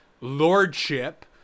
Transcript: lordship